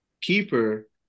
keeper